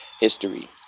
history